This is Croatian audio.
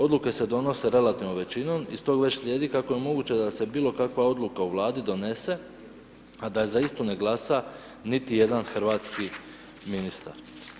Odluke se donose relativnom većinom i stog već slijedi kako je moguće da se bilo kakva odluka u vladi donese, a da za istu ne glasa niti jedan hrvatski ministar.